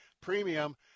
premium